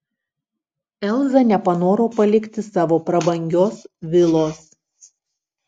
elza nepanoro palikti savo prabangios vilos